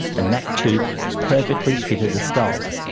and that tooth perfectly fitted the skull,